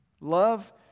Love